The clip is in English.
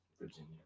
Virginia